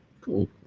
Cool